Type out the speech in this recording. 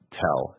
tell